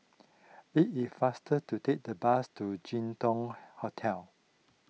it if faster to take the bus to Jin Dong Hotel